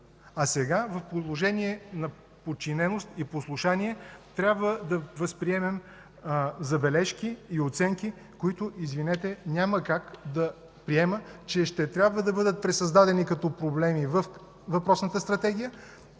А сега в положение на подчиненост и послушание трябва да възприемем забележки и оценки, които, извинете, няма как да приема и които ще бъдат пресъздадени като проблеми във въпросната стратегия